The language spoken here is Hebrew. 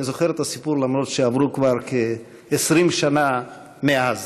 אני זוכר את הסיפור למרות שעברו כבר כ-20 שנה מאז.